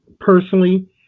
personally